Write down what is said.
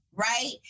Right